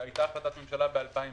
הייתה החלטת ממשלה ב-2016,